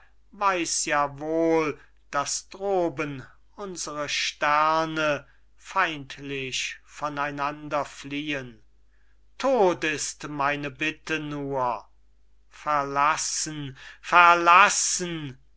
weiß ja wohl daß droben unsre sterne feindlich von einander fliehen tod ist meine bitte nur verlassen verlassen